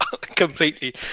Completely